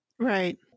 Right